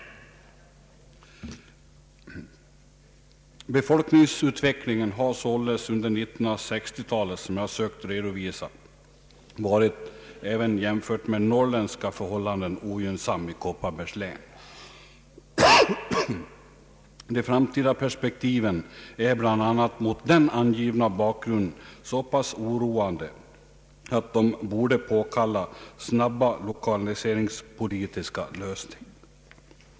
Befolkningsutvecklingen har således under 1960-talet, som jag sökte redovisa, varit — även jämfört med norrländska förhållanden — ogynnsam i Kopparbergs län. De framtida perspektiven är bl.a. mot den angivna bakgrunden så pass oroande att de borde påkalla snabba lokaliseringspolitiska lösningar.